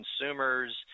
consumers